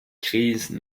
crise